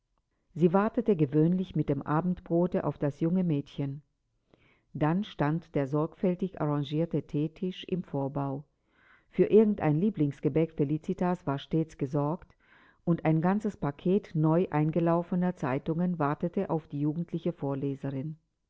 sie wartete gewöhnlich mit dem abendbrote auf das junge mädchen dann stand der sorgfältig arrangierte theetisch im vorbau für irgend ein lieblingsgebäck felicitas war stets gesorgt und ein ganzes paket neu eingelaufener zeitungen wartete auf die jugendliche vorleserin